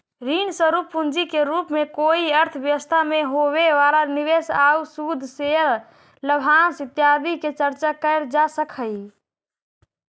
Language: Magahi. ऋण स्वरूप पूंजी के रूप में कोई अर्थव्यवस्था में होवे वाला निवेश आउ शुद्ध शेयर लाभांश इत्यादि के चर्चा कैल जा सकऽ हई